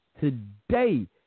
Today